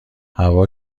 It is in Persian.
هوا